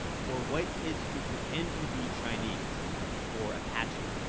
for white kids to pretend to be chinese or apache?